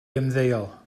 ymddeol